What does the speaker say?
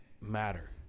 matter